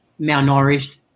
malnourished